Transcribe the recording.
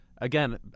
again